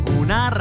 una